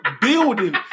building